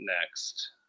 next